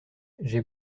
j’ai